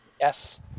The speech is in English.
Yes